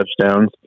touchdowns